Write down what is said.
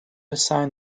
assign